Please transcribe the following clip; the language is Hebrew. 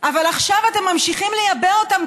אבל עכשיו אתם ממשיכים לייבא אותם,